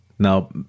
Now